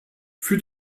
für